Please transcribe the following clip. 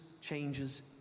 changes